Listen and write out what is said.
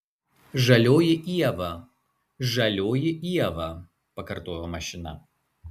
žalioji ieva žalioji ieva pakartojo mašina